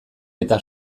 eta